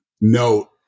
note